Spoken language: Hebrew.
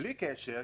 בלי קשר,